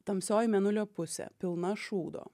tamsioji mėnulio pusė pilna šūdo